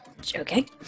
Joking